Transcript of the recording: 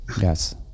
Yes